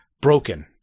broken